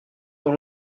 dans